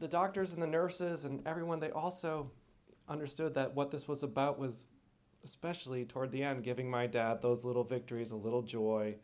the doctors and the nurses and everyone they also understood that what this was about was especially toward the end giving my dad those little victories a little joy